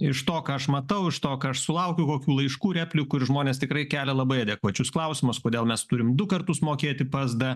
iš to ką aš matau iš to ką aš sulaukiu kokių laiškų replikų ir žmonės tikrai kelia labai adekvačius klausimus kodėl mes turim du kartus mokėti psd